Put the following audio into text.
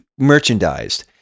merchandised